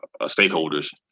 stakeholders